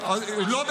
לא.